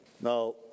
Now